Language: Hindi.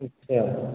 अच्छा